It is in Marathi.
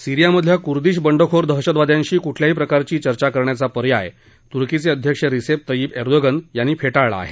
सीरियामधल्या कुर्दिश बंडखोर दहशतवाद्यांशी कुठल्याही प्रकारची चर्चा करण्याचा पर्याय तुर्कीचे अध्यक्ष रिसेप तय्यीप एर्दोगन यांनी फेटाळली आहे